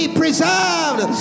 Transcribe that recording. preserved